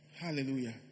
Hallelujah